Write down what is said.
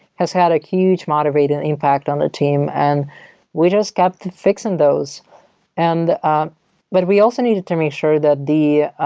has had a huge motivating impact on the team. and we just kept fixing those and um but we also needed to make sure that the